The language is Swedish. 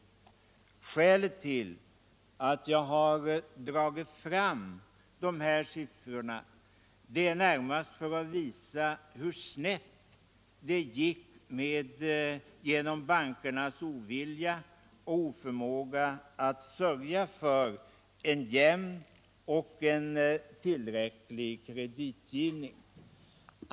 Skälet till att jag dragit fram de här silfrorna är närmast att visa, hur snett det gick genom bankernas ovilja och oförmåga att sörja för en jämn och tillräcklig kreditgivning.